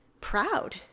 Proud